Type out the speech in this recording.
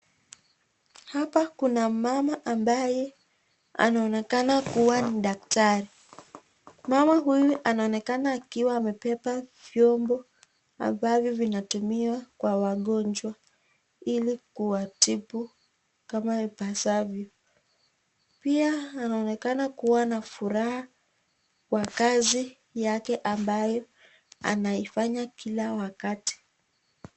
Hapa kuna mmama ambaye anaonekana kuwa ni daktari. Mama huyu anaonekana akiwa amebeba vyombo ambavyo vinatumiwa kwa wagonjwa ili kuwatibu kama ipasavyo. Pia anaonekana kuwa na furaha wa kazi yake ambayo anaifanya kila wakati.